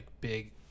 big